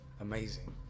amazing